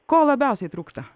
ko labiausiai trūksta